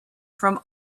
from